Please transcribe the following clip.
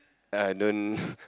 uh don't